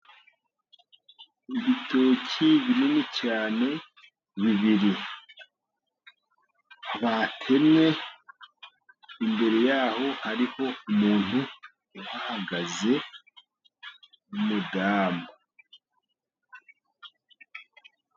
Ibitoki binini cyane bibiri, batemye, imbere yaho hariho umuntu uhagaze, umudamu.....